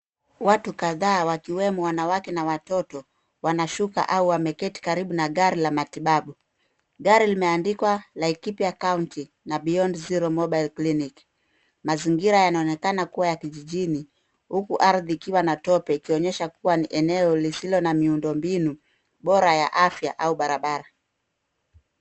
Watu kadhaa wakiwemo wanawake na watoto wanashuka au wameketi karibu na gari la matibabu .Gari limeandikwa Laikipia county na beyond zero mobile clinic .Mazingira yanaonekana kuwa ya kijiji huku ardhi ikiwa na tope kuonyesha kuwa ni eneo lisilo na miundo mbinu bora ya afya au barabara.